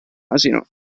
asino